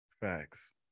Facts